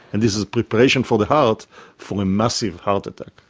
and this is preparation for the heart for a massive heart attack.